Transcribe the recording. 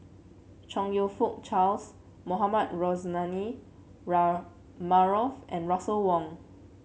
Chong You Fook Charles Mohamed Rozani Maarof and Russel Wong